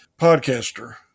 podcaster